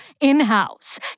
in-house